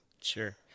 Sure